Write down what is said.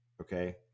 Okay